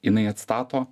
jinai atstato